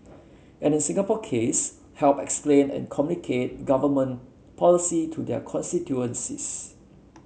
and in Singapore case help explain and communicate government policy to their constituencies